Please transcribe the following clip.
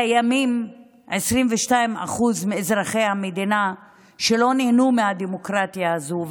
קיימים 22% מאזרחי המדינה שלא נהנו מהדמוקרטיה הזו.